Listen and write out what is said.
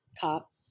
cop